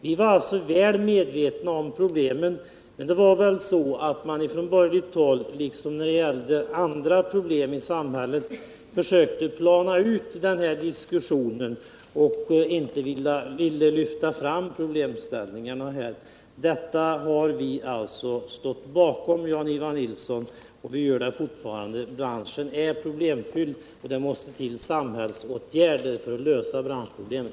Vi var alltså väl medvetna om problemen, men det var väl så att man från borgerligt håll här liksom när det gäller andra problem i samhället försökte att plana ut diskussionen och inte ville lyfta fram problemställningarna. Den här branschen är problemfylld, och vi har stått bakom uppfattningen — och gör det fortfarande — att det måste till samhällsåtgärder för att lösa de branschproblemen.